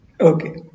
Okay